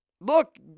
look